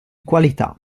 qualità